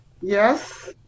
Yes